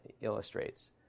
illustrates